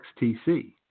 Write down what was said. XTC